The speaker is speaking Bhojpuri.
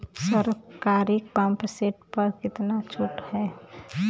सरकारी पंप सेट प कितना छूट हैं?